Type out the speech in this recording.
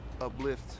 uplift